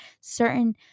certain